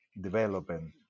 development